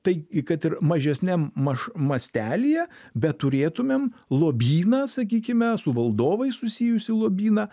tai kad ir mažesniam maš mastelyje bet turėtumėm lobyną sakykime su valdovais susijusį lobyną